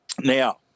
Now